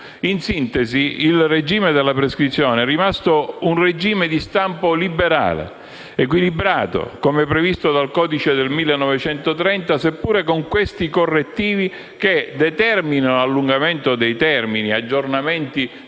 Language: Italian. In sintesi, il regime della prescrizione è rimasto di stampo liberale, equilibrato, come previsto dal codice del 1930, seppur con questi correttivi che determinano l'allungamento dei termini (aggiornamenti